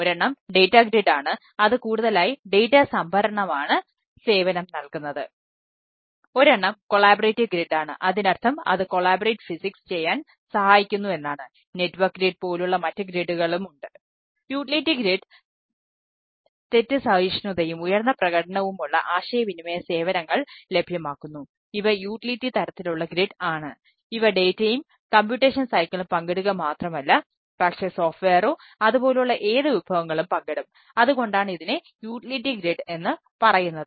ഒരെണ്ണം collaborative grid എന്ന് പറയുന്നത്